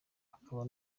akaba